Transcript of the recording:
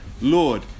Lord